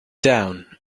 down